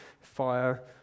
fire